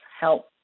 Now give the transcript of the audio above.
help